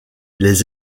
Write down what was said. des